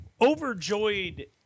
overjoyed